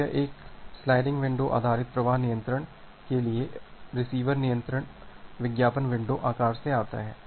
तो यह एक स्लाइडिंग विंडो आधारित प्रवाह नियंत्रण के लिए रिसीवर विज्ञापन विंडो आकार से आता है